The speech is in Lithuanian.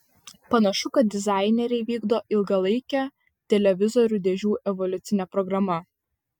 panašu kad dizaineriai vykdo ilgalaikę televizorių dėžių evoliucine programa